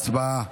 הצבעה.